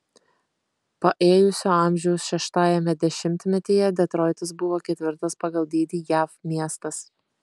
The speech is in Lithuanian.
paėjusio amžiaus šeštajame dešimtmetyje detroitas buvo ketvirtas pagal dydį jav miestas